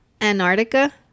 Antarctica